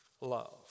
love